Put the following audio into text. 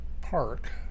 Park